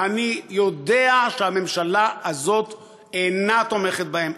ואני יודע שהממשלה הזאת אינה תומכת בהם,